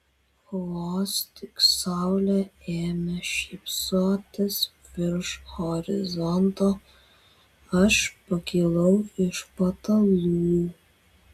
vos tik saulė ėmė šypsotis virš horizonto aš pakilau iš patalų